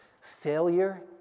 Failure